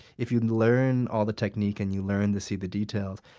if you learn all the technique, and you learn to see the details,